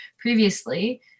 previously